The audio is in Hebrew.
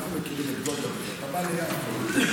אנחנו מכירים את גולדה --- אתה לא בדיוק יודע,